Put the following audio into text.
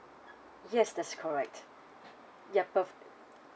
yes that's correct yup perfect